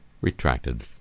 retracted